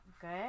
good